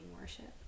worship